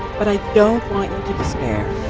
but i to despair.